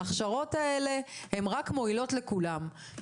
ההכשרות האלה רק מועילות לכולם?